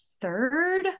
third